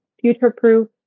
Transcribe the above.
future-proof